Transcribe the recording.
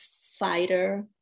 Fighter